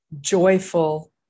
joyful